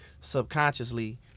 subconsciously